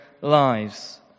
lives